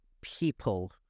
people